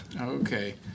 Okay